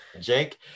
jake